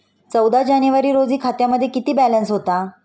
चौदा जानेवारी रोजी खात्यामध्ये किती बॅलन्स होता?